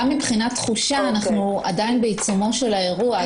גם מבחינת תחושה אנחנו עדיין בעיצומו של האירוע.